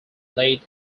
late